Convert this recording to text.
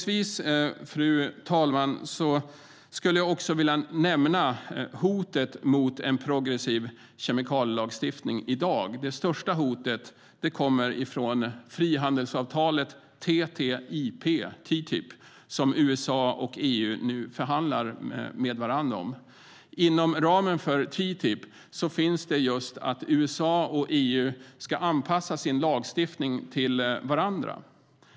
Avslutningsvis vill jag också nämna det hot som finns mot en progressiv kemikalielagstiftning i dag. Det största hotet kommer från frihandelsavtalet TTIP, som USA och EU nu förhandlar om. Inom ramen för TTIP ska USA och EU anpassa sina respektive lagstiftningar till varandra.